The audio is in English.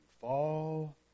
fall